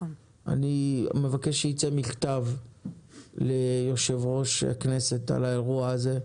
אני מבקש שייצא מכתב ליו"ר הכנסת על האירוע הזה,